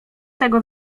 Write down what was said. tego